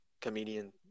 comedian